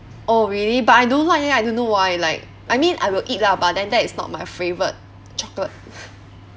oh really but I don't like eh I don't know why like I mean I will eat lah but then that is not my favourite chocolate